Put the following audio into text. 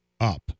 up